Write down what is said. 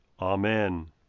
Amen